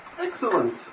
Excellent